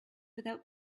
without